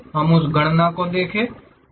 हम उस गणना को देखेंगे